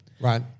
Right